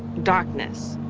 darkness.